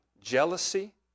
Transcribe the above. jealousy